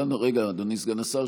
רגע, אדוני סגן השר.